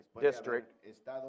District